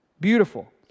Beautiful